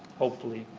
hopefully,